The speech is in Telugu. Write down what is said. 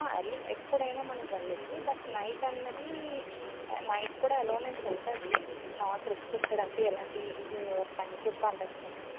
ఎర్లీ ఎప్పుడయినా మనం వెళ్ళవచ్చు బట్ నైట్ అన్నది నైట్ కూడా అలోనెస్ ఉంటుంది నాట్ రిస్టిక్టెడ్ అంటే ఎలాంటి న్యూ ఇయర్ టైమ్స్ పండుగలు